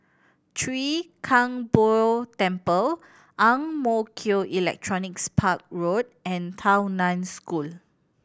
Chwee Kang Beo Temple Ang Mo Kio Electronics Park Road and Tao Nan School